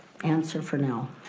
answer for now.